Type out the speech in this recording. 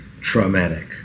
traumatic